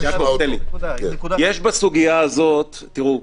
יש בסוגיה הזו תראו,